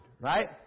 Right